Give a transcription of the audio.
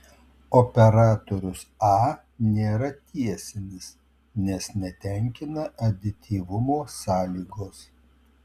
operatorius a nėra tiesinis nes netenkina adityvumo sąlygos